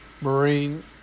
marine